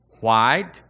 white